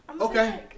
Okay